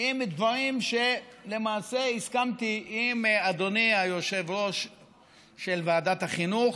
עם דברים שבהם הסכמתי עם אדוני יושב-ראש ועדת החינוך,